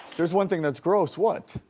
there's one thing that's gross? what?